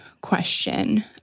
question